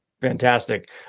Fantastic